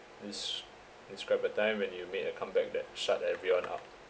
des~ describe a time when you made a comeback that shut everyone up